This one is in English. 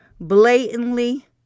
blatantly